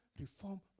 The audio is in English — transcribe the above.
reform